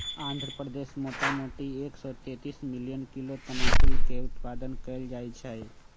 आंध्र प्रदेश मोटामोटी एक सौ तेतीस मिलियन किलो तमाकुलके उत्पादन कएल जाइ छइ